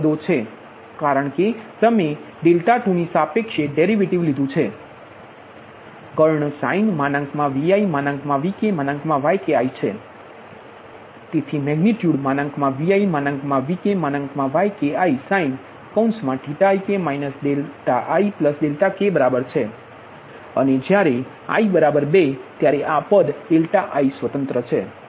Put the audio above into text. તેના કારણે જ તમે આ ડેરિવેટિવ લીધુ છે કર્ણsinViVkYkiછે તેથી મેગનિટયુડViVkYkisinik ikબરાબર છે અને જ્યારે i 2 ત્યારે આ પદ i સ્વતંત્ર છે